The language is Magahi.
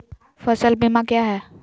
फ़सल बीमा क्या है?